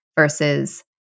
versus